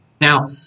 Now